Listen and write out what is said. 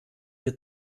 wir